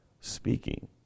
speaking